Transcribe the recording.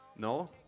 No